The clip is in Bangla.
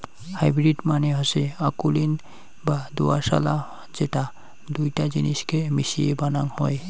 হাইব্রিড মানে হসে অকুলীন বা দোআঁশলা যেটা দুইটা জিনিসকে মিশিয়ে বানাং হই